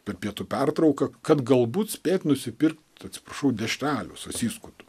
per pietų pertrauką kad galbūt spėt nusipirkt nusipirkt atsiprašau dešrelių sasiskų tų